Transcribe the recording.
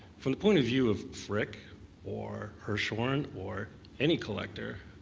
from the point of view of frick or hirshhorn or any collector,